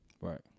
Right